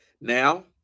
Now